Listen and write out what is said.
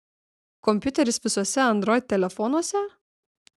kompiuteris visuose android telefonuose